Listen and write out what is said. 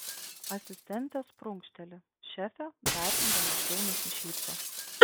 asistentės prunkšteli šefė dar ironiškiau nusišypso